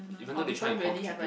even though they try and contribute